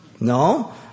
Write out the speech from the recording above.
No